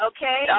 Okay